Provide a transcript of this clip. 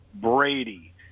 Brady